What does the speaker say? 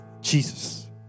Jesus